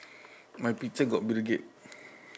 my picture got bill gate